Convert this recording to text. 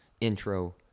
intro